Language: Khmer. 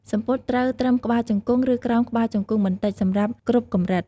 សំពត់ត្រូវត្រឹមក្បាលជង្គង់ ឬក្រោមក្បាលជង្គង់បន្តិច សម្រាប់គ្រប់កម្រិត។